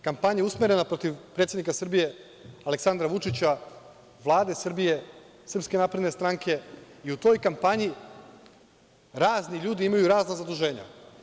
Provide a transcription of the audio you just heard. Kampanja je usmerena protiv predsednika Srbije, Aleksandra Vučića, Vlade Srbije, SNS i u toj kampanji razni ljudi imaju razna zaduženja.